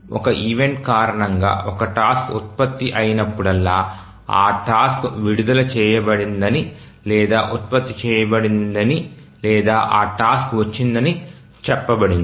ఒక ఈవెంట్ కారణంగా ఒక టాస్క్ ఉత్పత్తి అయినప్పుడల్లా ఆ టాస్క్ విడుదల చేయబడిందని లేదా ఉత్పత్తి చేయబడిందని లేదా ఆ టాస్క్ వచ్చిందని చెప్పబడింది